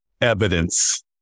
evidence